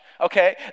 Okay